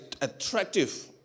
attractive